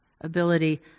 ability